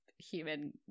human